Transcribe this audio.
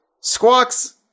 Squawks